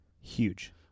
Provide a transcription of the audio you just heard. Huge